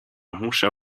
muszę